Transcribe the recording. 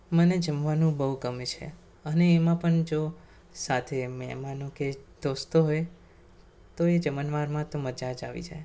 મને જમવાનું બહુ ગમે છે અને એમાં પણ જો સાથે મહેમાનો કે દોસ્તો હોય તો એ જમણવારમાં તો મજા જ આવી જાય